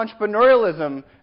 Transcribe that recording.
entrepreneurialism